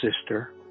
sister